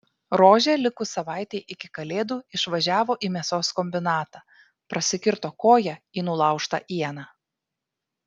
rožė likus savaitei iki kalėdų išvažiavo į mėsos kombinatą prasikirto koją į nulaužtą ieną